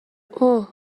اوه